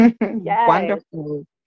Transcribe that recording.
Wonderful